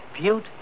beaut